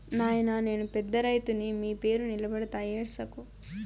నాయినా నేను పెద్ద రైతుని మీ పేరు నిలబెడతా ఏడ్సకు